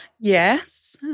yes